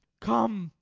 come,